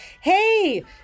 Hey